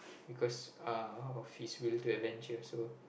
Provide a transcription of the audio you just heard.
because uh of his will to adventure so